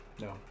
No